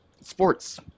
sports